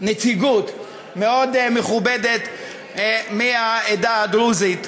נציגות מאוד מכובדת מהעדה הדרוזית.